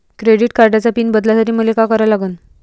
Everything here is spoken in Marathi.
क्रेडिट कार्डाचा पिन बदलासाठी मले का करा लागन?